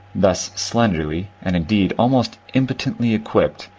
thus slenderly and, indeed, almost impotently equipped,